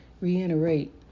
reiterate